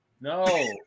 No